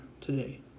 today